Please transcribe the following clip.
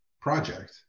project